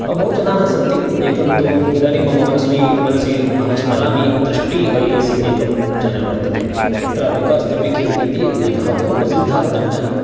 बहु जनाः सन्ति एकं तु इदानिं मम मनस्वि मनसि अहं स्मरामि दृष्टि ऐ ए एस् इति एकं चेनल् वर्तते यत्र विकास् दिव्यकीर्ति इति एकः बहु प्रसिद्धः तज्ञः